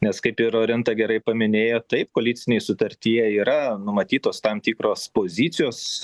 nes kaip ir orinta gerai paminėjo taip koalicinėj sutartyje yra numatytos tam tikros pozicijos